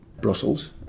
Brussels